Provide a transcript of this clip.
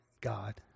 God